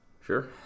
Sure